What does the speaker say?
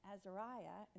Azariah